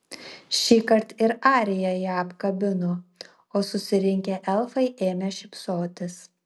šįkart ir arija ją apkabino o susirinkę elfai ėmė šypsotis